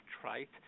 trite